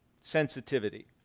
Sensitivity